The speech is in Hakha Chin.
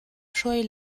hruai